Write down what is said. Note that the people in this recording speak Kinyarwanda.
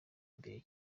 imbere